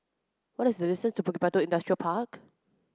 what is the distance to Bukit Batok Industrial Park